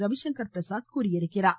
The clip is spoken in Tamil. ரவிசங்கர் பிரசாத் தெரிவித்திருக்கிறார்